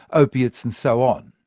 opiates and so on.